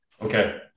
Okay